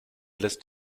lässt